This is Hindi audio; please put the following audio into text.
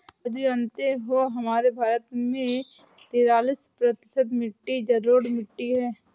राजू जानते हो हमारे भारत देश में तिरालिस प्रतिशत मिट्टी जलोढ़ मिट्टी हैं